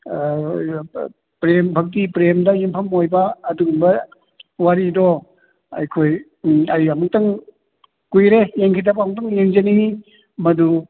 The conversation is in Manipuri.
ꯄ꯭ꯔꯦꯝ ꯕꯛꯇꯤ ꯄ꯭ꯔꯦꯝꯗ ꯌꯨꯝꯐꯝ ꯑꯣꯏꯕ ꯑꯗꯨꯒꯨꯝꯕ ꯋꯥꯔꯤꯗꯣ ꯑꯩꯈꯣꯏ ꯑꯩ ꯑꯃꯨꯛꯇꯪ ꯀꯨꯏꯔꯦ ꯌꯦꯡꯈꯤꯗꯕ ꯑꯃꯨꯛꯇꯪ ꯌꯦꯡꯖꯅꯤꯡꯉꯤ ꯃꯗꯨ